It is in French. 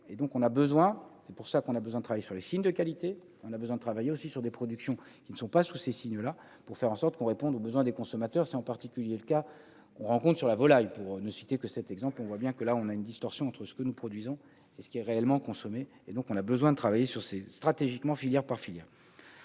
c'est pour ça qu'on a besoin de travailler sur les films de qualité, on a besoin de travailler aussi sur des productions qui ne sont pas sous ces signes là pour faire en sorte qu'on réponde aux besoins des consommateurs, c'est en particulier le cas on rencontre sur la volaille, pour ne citer que cet exemple, on voit bien que là on a une distorsion entre ce que nous produisons et ce qui est réellement consommé et donc on a besoin de travailler sur ces stratégiquement, filière par filière.